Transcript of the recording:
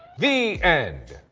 the end.